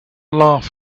laugh